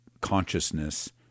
consciousness